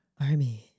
Army